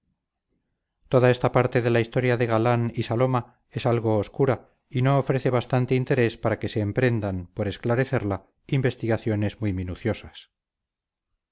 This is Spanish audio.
toda esta parte de la historia de galán y saloma es algo obscura y no ofrece bastante interés para que se emprendan por esclarecerla investigaciones muy minuciosas